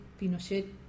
Pinochet